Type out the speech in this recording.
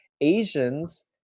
Asians